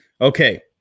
Okay